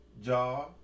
jaw